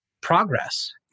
progress